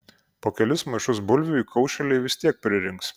po kelis maišus bulvių įkaušėliai vis tiek pririnks